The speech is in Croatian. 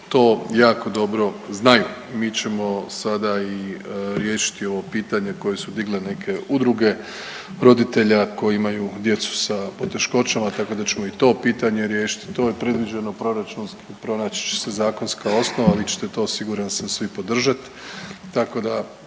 to jako dobro znaju. Mi ćemo sada i riješiti ovo pitanje koje su digle neke udruge roditelja koji imaju djecu sa poteškoćama tako da ćemo i to pitanje riješit. To je predviđeno proračunski pronaći će se zakonska osnova, a vi ćete to siguran sam svi podržat